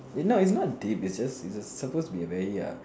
is not is not deep it's just it's supposed to be very err